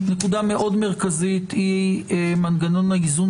נקודה מאוד מרכזית היא מנגנון האיזון